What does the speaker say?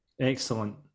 Excellent